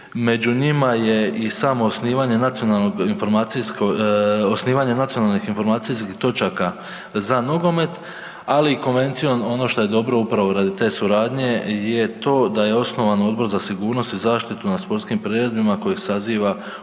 informacijskog, osnivanje nacionalnih informacijskih točaka za nogomet, ali i konvencijom ono što je dobro upravo radi te suradnje je to da je osnovan Odbor za sigurnost i zaštitu na sportskim priredbama kojeg saziva upravo